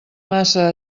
massa